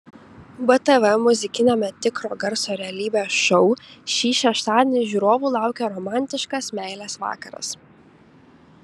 btv muzikiniame tikro garso realybės šou šį šeštadienį žiūrovų laukia romantiškas meilės vakaras